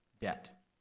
debt